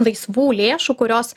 laisvų lėšų kurios